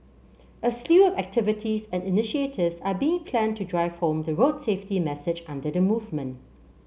a slew of activities and initiatives are being planned to drive home the road safety message under the movement